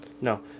no